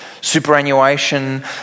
superannuation